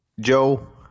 Joe